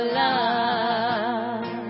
love